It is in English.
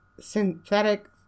synthetic